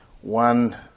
One